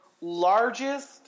largest